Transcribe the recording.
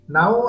Now